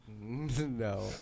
No